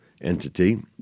entity